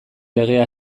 legea